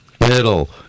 Middle